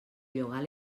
llogar